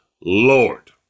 Lord